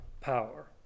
power